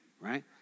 right